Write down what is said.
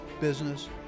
business